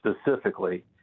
specifically